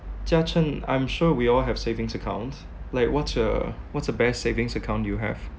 jia chen I'm sure we all have savings accounts like what's a what's the best savings account do you have